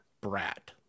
Brat